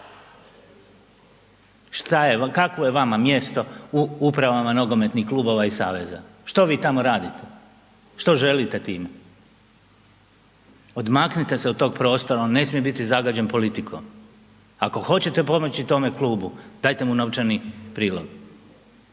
kakvo je vama mjesto u upravama nogometnih klubova i saveza? Što vi tamo radite? Što želite time? Odmaknite se od tog prostora, on ne smije biti zagađen politikom. Ako hoćete pomoći tome klubu, dajte mu novčani prilog.